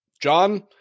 John